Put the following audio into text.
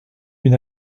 une